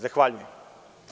Zahvaljujem.